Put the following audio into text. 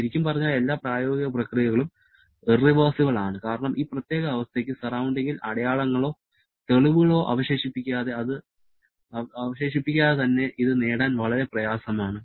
ശരിക്കും പറഞ്ഞാൽ എല്ലാ പ്രായോഗിക പ്രക്രിയകളും ഇർറിവേഴ്സിബിൾ ആണ് കാരണം ഈ പ്രത്യേക അവസ്ഥയ്ക്ക് സറൌണ്ടിങ്ങിൽ അടയാളങ്ങളോ തെളിവുകളോ അവശേഷിപ്പിക്കാതെ തന്നെ ഇത് നേടാൻ വളരെ പ്രയാസമാണ്